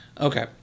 Okay